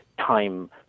time